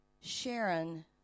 Sharon